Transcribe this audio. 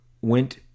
went